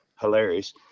Hilarious